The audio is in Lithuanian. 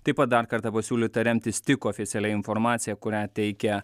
taip pat dar kartą pasiūlyta remtis tik oficialia informacija kurią teikia